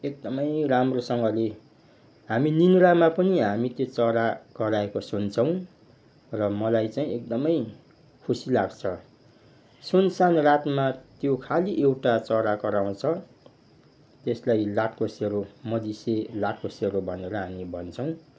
एकदमै राम्रोसँगले हामी निद्रामा पनि हामी त्यो चरा कराएको सुन्छौँ र मलाई एकदमै खुसी लाग्छ सुनसान रातमा त्यो खालि एउटा चरा कराउँछ त्यसलाई लाटोकोसेरो मधिसे लाटोकोसेरो भनेर हामी भन्छौँ